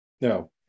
no